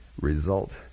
result